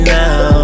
now